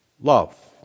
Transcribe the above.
love